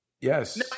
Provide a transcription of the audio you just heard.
Yes